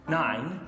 nine